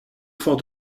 fort